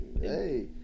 Hey